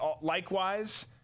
likewise